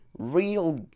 real